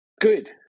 good